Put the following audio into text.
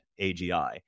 AGI